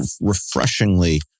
refreshingly